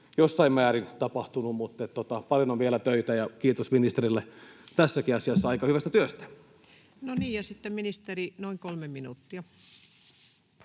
jossain määrin tapahtunut, mutta paljon on vielä töitä. Kiitos ministerille tässäkin asiassa aika hyvästä työstä. No niin. — Ja sitten ministeri, noin kolme minuuttia.